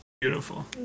Beautiful